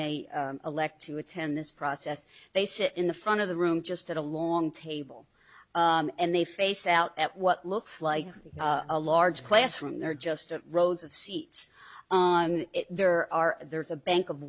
they elect to attend this process they sit in the front of the room just at a long table and they face out at what looks like a large classroom there are just a rows of seats on there are there's a bank of